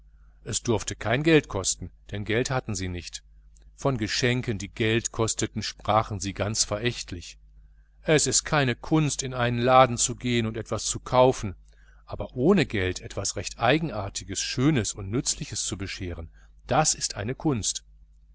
es durfte kein geld kosten denn geld hatten sie nicht von geschenken die geld kosteten sprachen sie ganz verächtlich es ist keine kunst in einen laden zu gehen und etwas zu kaufen aber ohne geld etwas recht eigenartiges schönes und nützliches zu bescheren das ist eine kunst